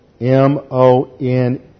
M-O-N